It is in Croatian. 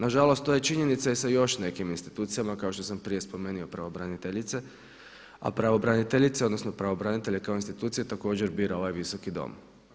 Na žalost to je činjenica i sa još nekim institucijama kao što sam prije spomenuo pravobraniteljice, a pravobraniteljice odnosno pravobranitelje kao institucije također bira ovaj Visoki dom.